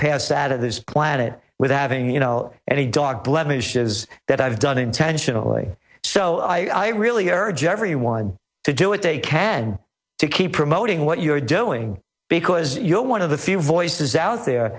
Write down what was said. pass out of this planet with having you know any dog blemishes that i've done intentionally so i really urge everyone to do what they can to keep promoting what you're doing because you're one of the few voices out there